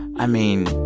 i mean,